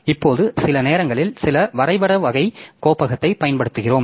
இப்போது சில நேரங்களில் சில வரைபட வகை கோப்பகத்தைப் பயன்படுத்துகிறோம்